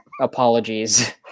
apologies